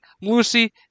Lucy